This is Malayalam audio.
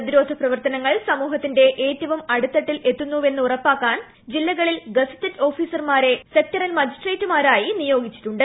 പ്രതിരോധ പ്രവർത്തനങ്ങൾ സമൂഹത്തിന്റെ ഏറ്റവും അടിത്തട്ടിൽ എത്തുന്നുവെന്ന് ഉറപ്പാക്കാൻ ജില്ലകളിൽ ഗസറ്റഡ് ഓഫീസർമാരെ സെക്ടറൽ മജിസ്ട്രേറ്റുമാരായി നിയോഗിച്ചിട്ടുണ്ട്